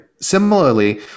Similarly